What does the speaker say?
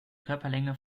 körperlänge